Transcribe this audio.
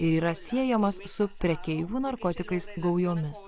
ir yra siejamas su prekeivių narkotikais gaujomis